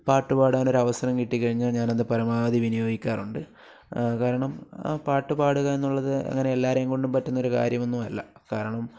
പാട്ട് പാടാൻ ഒരു അവസരം കിട്ടി കഴിഞ്ഞാൽ ഞാനത് പരമാവധി വിനിയോഗിക്കാറുണ്ട് കാരണം ആ പാട്ട് പാടുക എന്നുള്ളത് അങ്ങനെ എല്ലാവരെയും കൊണ്ടും പറ്റുന്നൊരു കാര്യമൊന്നുമല്ല കാരണം